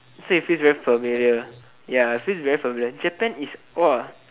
so it feels very familiar ya so it feels very familiar Japan is !wah!